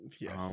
Yes